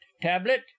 tablet